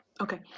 Okay